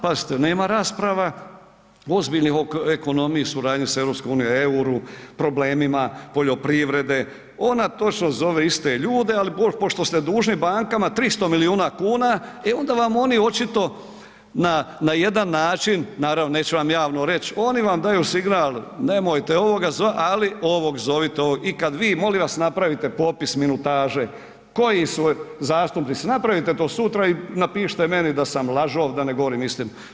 Pazite, nema rasprava ozbiljnih o ekonomiji, suradnji sa EU, euru, problemima poljoprivrede, ona točno zove iste ljude, ali pošto ste dužni bankama 300 milijuna kuna, e onda vam oni očito na jedan način, naravno, neću vam javno reći, oni vam daju signal, nemojte ovoga, ali ovog zovite i kad vi, molim vas, napravite popis minutaže, koji su zastupnici, napravite to sutra i napišite meni da sam lažov, da ne govorim istinu.